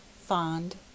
fond